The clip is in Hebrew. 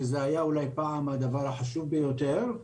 שאולי פעם היה הדבר החשוב ביותר,